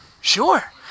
Sure